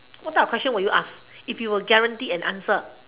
what type of question would you ask if you were guarantee a answer